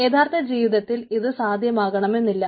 യഥാർത്ഥ ജീവിതത്തിൽ ഇത് സാധ്യമാകണമെന്നില്ല